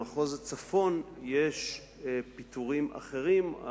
במחוז הצפון יש פיטורים אחרים,